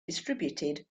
distributed